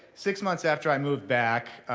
six months after i moved back,